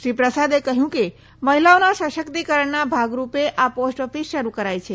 શ્રી પ્રસાદે કહ્યું કે મહિલાઓના સશક્તિકરણના ભાગરૂપે આ પોસ્ટ ઓફિસ શરૂ કરાઈ છે